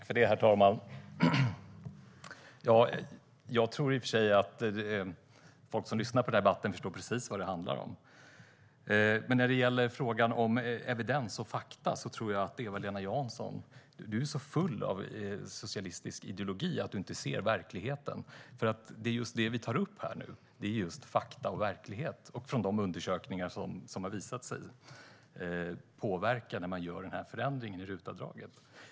Herr talman! Jag tror i och för sig att de som lyssnar på debatten förstår precis vad den handlar om. Men när det gäller evidens och fakta tror jag att Eva-Lena Jansson är så full av socialistisk ideologi att hon inte ser verkligheten. För det vi tar upp här är just fakta och verklighet utifrån de undersökningar som har gjorts av hur påverkan blir av förändringen av RUT-avdraget.